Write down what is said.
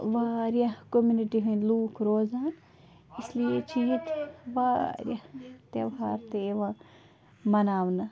وارِیاہ قوٚمنِٹی ہنٛدۍ لوکھ روزان اِس لیے چھِ ییٚتہِ واریاہ تہوار تہِ یِوان مناونہٕ